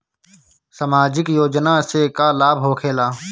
समाजिक योजना से का लाभ होखेला?